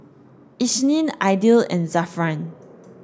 Isnin Aidil and Zafran